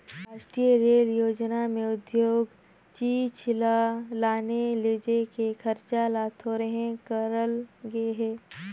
रास्टीय रेल योजना में उद्योग चीच ल लाने लेजे के खरचा ल थोरहें करल गे हे